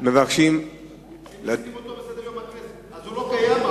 לשים אותו בסדר-יום של הכנסת, אז הוא לא קיים?